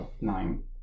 Nine